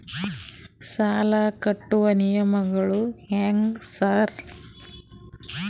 ಸಾಲ ಕಟ್ಟುವ ನಿಯಮಗಳು ಹ್ಯಾಂಗ್ ಸಾರ್?